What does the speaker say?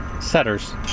Setters